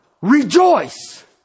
Rejoice